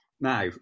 Now